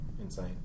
Insane